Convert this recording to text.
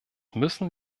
müssen